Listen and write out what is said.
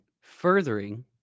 furthering